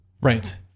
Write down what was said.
Right